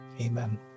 Amen